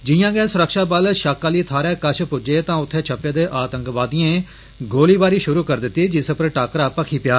जियां गै सुरक्षाबल शक्क आह्ली थाहरा कश पुज्जे तां उत्थें छप्पे दे आतंकवादिएं गोलीबारी शुरु करी दिती जिस पर टाकरा भक्खी गेआ